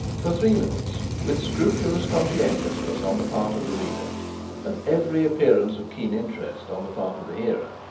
for three minutes, with scrupulous conscientiousness on the part of the reader and every appearance of keen interest on the part of the hearer,